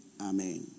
Amen